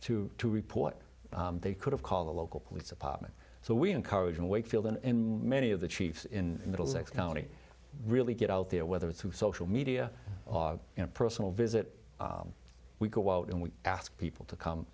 to report they could have called the local police department so we encourage wakefield and many of the chiefs in middlesex county really get out there whether it's through social media or in a personal visit we go out and we ask people to come